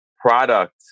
product